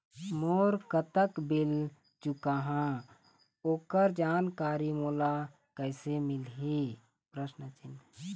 मोर कतक बिल चुकाहां ओकर जानकारी मोला कैसे मिलही?